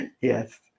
Yes